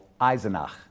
Eisenach